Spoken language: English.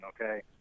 okay